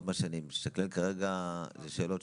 כן.